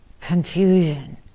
confusion